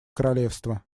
королевства